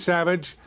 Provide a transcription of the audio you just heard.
Savage